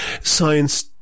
science